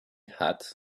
hat